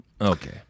Okay